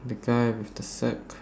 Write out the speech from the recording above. the guy with the sack